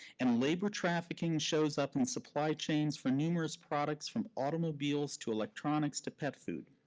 and labor trafficking shows up in supply chains for numerous products from automobiles to electronics to pet food.